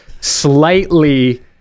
slightly